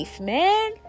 man